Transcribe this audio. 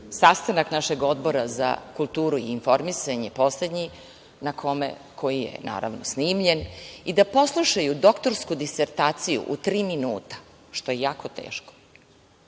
sastanak našeg Odbora za kulturu i informisanje poslednji, koji je naravno snimljen i da poslušaju doktorsku disertaciju u tri minuta, što je jako teško